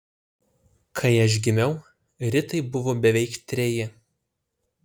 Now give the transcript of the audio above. kai aš gimiau ritai buvo beveik treji